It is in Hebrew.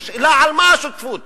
השאלה, על מה השותפות